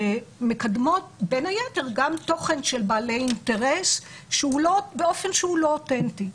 שמקדמות בין היתר גם תוכן של בעלי אינטרס באופן הוא לא אותנטי.